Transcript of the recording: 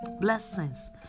blessings